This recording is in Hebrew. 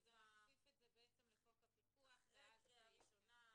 שזה מכפיף את זה לחוק הפיקוח ----- אחרי קריאה ראשונה,